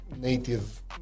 native